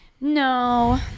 no